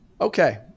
Okay